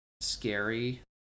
scary